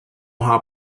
how